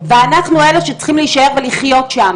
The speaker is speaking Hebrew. ואנחנו אלה שצריכים להישאר ולחיות שם.